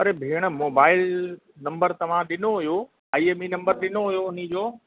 अरे भेण mobile number तव्हां ॾिनो हुओ आई एम ई नंबर ॾिनो हुओ हुनजो